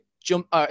jump